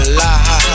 la